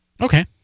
Okay